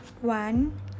one